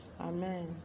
Amen